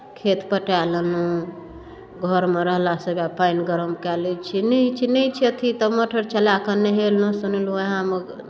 खेत पटाए लेलहुँ घरमे रहलासँ उएह पानि गरम कए लैत छी नहि होइत छै नहि छै अथी तऽ मोटर चलाए कऽ नहेलहुँ सोनेलहुँ उएहमे